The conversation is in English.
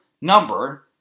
number